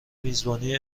میزبانی